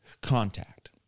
contact